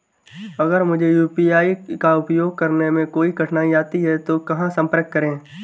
अगर मुझे यू.पी.आई का उपयोग करने में कोई कठिनाई आती है तो कहां संपर्क करें?